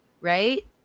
right